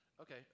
Okay